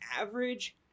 average